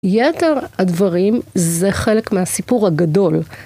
יתר הדברים זה חלק מהסיפור הגדול.